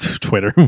Twitter